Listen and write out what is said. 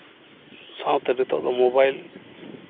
ᱥᱟᱶᱛᱮ ᱱᱤᱛᱚᱜ ᱫᱚ ᱢᱳᱵᱟᱭᱤᱞ